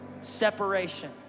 separation